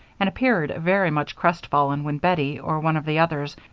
and appeared very much crestfallen when bettie, or one of the others,